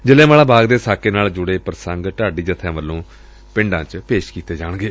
ਜਲ਼ਿਆਂ ਵਾਲਾ ਬਾਗ ਦੇ ਸਾਕੇ ਨਾਲ ਜੁੜੇ ਪ੍ਰਸੰਗ ਢਾਡੀ ਜਬਿਆਂ ਵੱਲੋਂ ਪੇਸ਼ ਕੀਤੇ ਜਾਣਗੇ